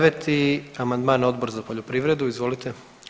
9. amandman, Odbor za poljoprivredu, izvolite.